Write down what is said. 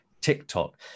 TikTok